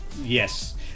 yes